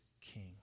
King